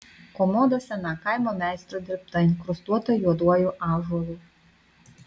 komoda sena kaimo meistro dirbta inkrustuota juoduoju ąžuolu